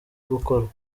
gukorwa